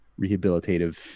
rehabilitative